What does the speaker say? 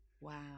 wow